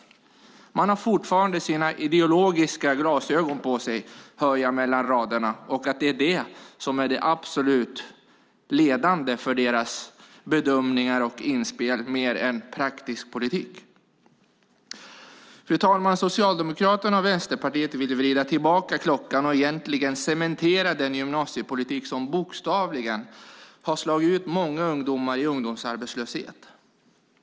Jag hör mellan raderna att man fortfarande har sina ideologiska glasögon på sig, och det är ledande för deras bedömningar och inspel i stället för praktisk politik. Fru talman! Socialdemokraterna och Vänsterpartiet vill vrida tillbaka klockan och egentligen cementera den gymnasiepolitik som bokstavligen har slagit ut många ungdomar i ungdomsarbetslöshet.